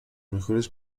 mejores